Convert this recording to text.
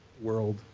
world